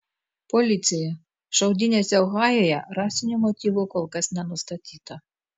policija šaudynėse ohajuje rasinių motyvų kol kas nenustatyta